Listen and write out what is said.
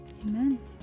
Amen